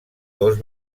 dos